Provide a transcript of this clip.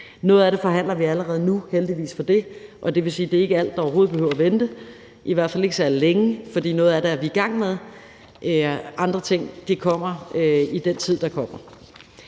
Noget af det forhandler vi allerede nu – heldigvis for det – og det vil sige, at det ikke er alt, der overhovedet behøver at vente, i hvert fald ikke særlig længe, for noget af det er vi i gang med. Andre ting kommer i den tid, der kommer.